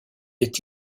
est